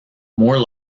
more